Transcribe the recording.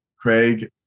Craig